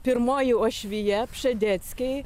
pirmoji uošvija pšedeckiai